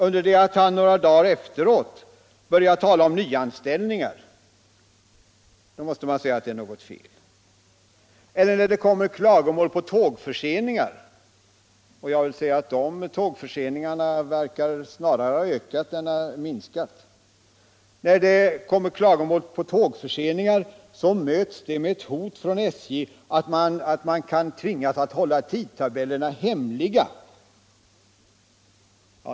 under det att han några dagar senare talar om nyanställningar, så måste det vara något fel. När det kommer klagomål på tågförseningar, som f. ö. verkar att öka, möts de med ett hot från SJ att hålla tidtabellerna hemliga.